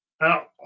Now